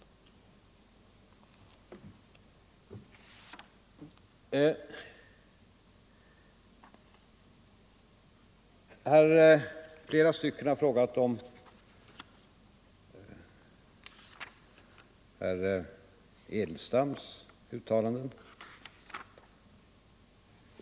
Det är flera som har frågat om herr Edelstams uttalanden.